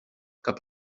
cap